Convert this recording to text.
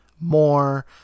more